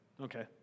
Okay